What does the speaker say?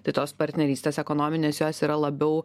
tai tos partnerystės ekonominės jos yra labiau